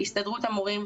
הסתדרות המורים,